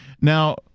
Now